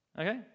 okay